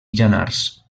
llanars